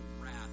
wrath